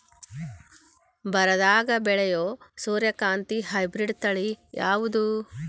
ಬರದಾಗ ಬೆಳೆಯೋ ಸೂರ್ಯಕಾಂತಿ ಹೈಬ್ರಿಡ್ ತಳಿ ಯಾವುದು?